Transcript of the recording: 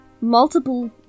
multiple